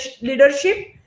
leadership